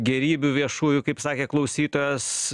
gėrybių viešųjų kaip sakė klausytojas